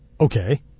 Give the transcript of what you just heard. Okay